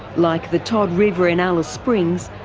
like the todd river in alice springs,